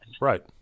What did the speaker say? Right